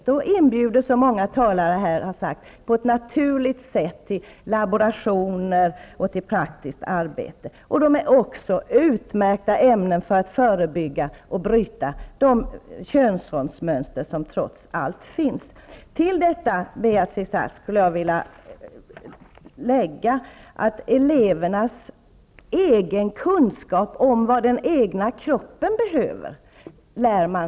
Dessa ämnen inbjuder, som många talare här har sagt, på ett naturligt sätt till laborationer och praktiskt arbete. De är också utmärkta för att förebygga och bryta de könsrollsmönster som trots allt finns. Till detta vill jag lägga elevernas egen kunskap om vad den egna kroppen behöver.